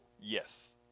Yes